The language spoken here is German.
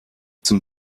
zum